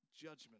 judgment